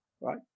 right